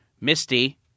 misty